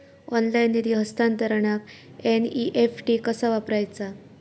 Online निधी हस्तांतरणाक NEFT कसा वापरायचा?